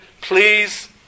please